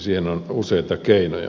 siihen on useita keinoja